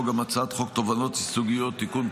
גם הצעת חוק תובענות ייצוגיות (תיקון,